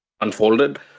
unfolded